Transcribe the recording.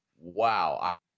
Wow